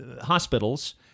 hospitals—